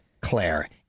Claire